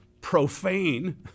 profane